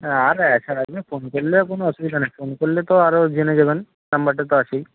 হ্যাঁ আর একা এলে ফোন করলে কোনো অসুবিধা নেই ফোন করলে তো আরও জেনে যাবেন নম্বরটা তো আছেই